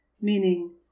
meaning